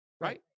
right